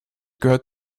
gehört